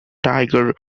tiger